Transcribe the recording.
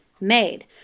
made